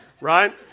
right